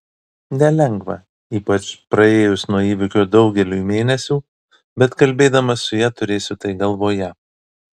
nelengva ypač praėjus nuo įvykio daugeliui mėnesių bet kalbėdamas su ja turėsiu tai galvoje